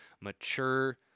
mature